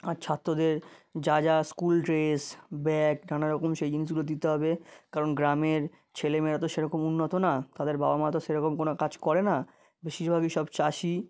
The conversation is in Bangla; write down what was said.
আর ছাত্রদের যা যা স্কুল ড্রেস ব্যাগ নানা রকম সেই জিনিসগুলো দিতে হবে কারণ গ্রামের ছেলে মেয়েরা তো সেরকম উন্নত না তাদের বাবা মা তো সেরকম কোনো কাজ করে না বেশিরভাগই সব চাষি